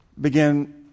begin